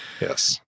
Yes